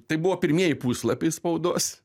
tai buvo pirmieji puslapiai spaudos